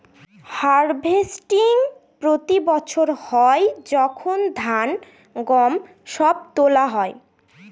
harvesting প্রতি বছর হয় যখন ধান, গম সব তোলা হয়